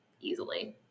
easily